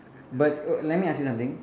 but err let me ask you something